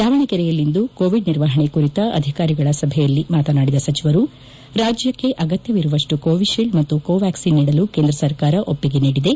ದಾವಣಗೆರೆಯಲ್ಲಿಂದು ಕೋವಿಡ್ ನಿರ್ವಹಣೆ ಕುರಿತ ಅಧಿಕಾರಿಗಳ ಸಭೆಯಲ್ಲಿ ಮಾತನಾಡಿದ ಸಚಿವರು ರಾಜ್ಯಕ್ಕೆ ಅಗತ್ಯ ಇರುವಷ್ಟು ಕೋವಿಶೀಲ್ಡ್ ಮತ್ತು ಕೋವ್ಯಾಕ್ಲಿನ್ ನೀಡಲು ಕೇಂದ್ರ ಸರ್ಕಾರ ಒಪ್ಪಿಗೆ ನೀಡಿದೆ